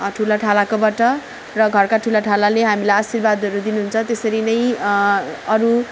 ठुला ठालाको बाट र घरका ठुला ठालाले हामीलाई आशीर्वादहरू दिनु हुन्छ त्यसरी नै अरू